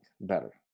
better